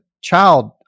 child